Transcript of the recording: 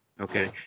Okay